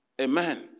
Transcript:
Amen